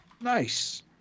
Nice